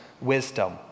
wisdom